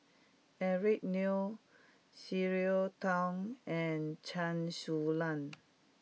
Eric Neo Cleo Thang and Chen Su Lan